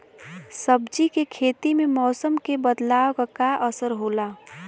सब्जी के खेती में मौसम के बदलाव क का असर होला?